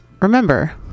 remember